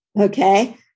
Okay